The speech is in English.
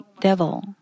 devil